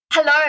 Hello